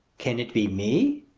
can it be me?